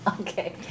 Okay